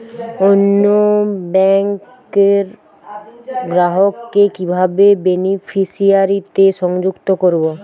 অন্য ব্যাংক র গ্রাহক কে কিভাবে বেনিফিসিয়ারি তে সংযুক্ত করবো?